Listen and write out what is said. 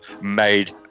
made